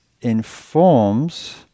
informs